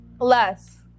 Less